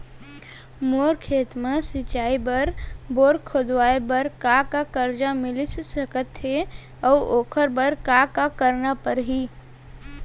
मोर खेत म सिंचाई बर बोर खोदवाये बर का का करजा मिलिस सकत हे अऊ ओखर बर का का करना परही?